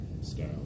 style